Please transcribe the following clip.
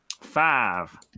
Five